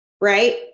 Right